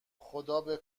خدابه